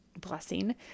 blessing